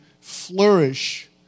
flourish